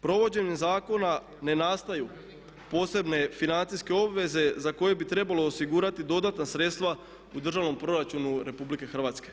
Provođenjem zakona ne nastaju posebne financijske obveze za koje bi trebalo osigurati dodatna sredstva u državnom proračunu RH.